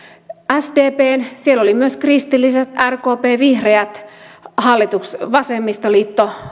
sdpn aikana siellä olivat myös kristilliset rkp vihreät vasemmistoliitto